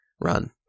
run